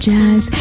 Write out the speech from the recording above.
Jazz